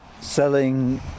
selling